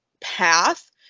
path